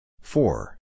Four